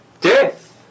death